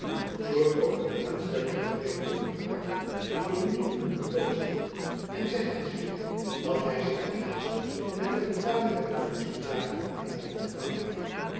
zorg ook dat de aanstellingen gereed worden gemaakt voor de nieuw benoemde loodsen en zeg aan smit dat hy zich wat haaste met de vertaling der oorlogs verklaring van engeland aan frankrijk